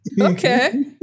Okay